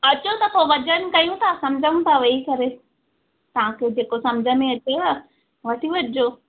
अचो त पोइ वज़न कयूं था समुझूं था वेही करे तव्हांखे जेको समुझ में अचेव वठी वठिजो